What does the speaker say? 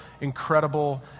incredible